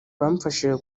bamfashije